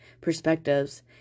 perspectives